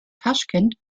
taschkent